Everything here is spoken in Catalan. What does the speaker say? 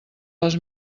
les